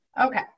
Okay